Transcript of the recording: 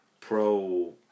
pro